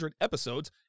episodes